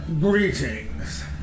greetings